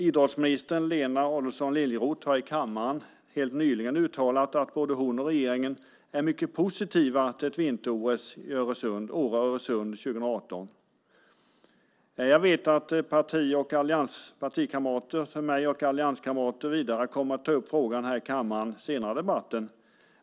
Idrottsminister Lena Adelsohn Liljeroth har i kammaren helt nyligen uttalat att både hon och regeringen är mycket positiva till ett vinter-OS i Åre-Östersund 2018. Jag vet att partikamrater till mig och allianskamrater kommer att ta upp frågan vidare här i kammaren senare i debatten.